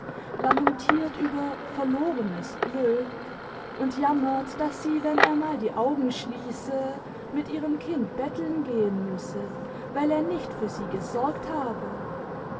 lamentiert über verlorenes glück und jammert daß sie wenn er mal die augen schließe mit ihrem kind betteln gehen müsse weil er nicht für sie gesorgt habe